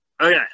Okay